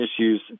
issues